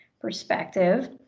perspective